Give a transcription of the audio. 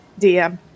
DM